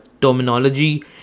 terminology